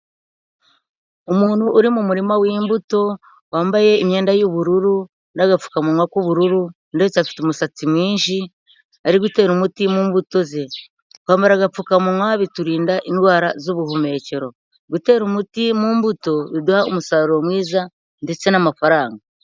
Umuntu uri mu murima w'imbuto wambaye imyenda y'ubururu n'agapfukamunwa k'ubururu ndetse afite umusatsi mwinshi ari gutera umuti mu mbuto ze, kwambara agapfukamunwa biturinda indwara z'ubuhumekero, gutera umuti mu mbuto biduha umusaruro mwiza ndetse n'amafaranga.